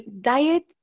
diet